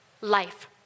life